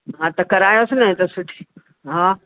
हा त करायोस न हे त सुठी हा